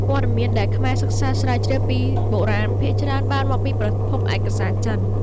ព័ត៌មានដែលខ្មែរសិក្សាស្រាវជ្រាវពីបុរាណភាគច្រើនបានមកពីប្រភពឯកសារចិន។